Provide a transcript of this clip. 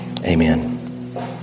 Amen